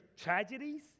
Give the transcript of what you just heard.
tragedies